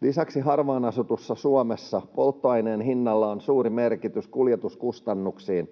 Lisäksi harvaan asutussa Suomessa polttoaineen hinnalla on suuri merkitys kuljetuskustannuksiin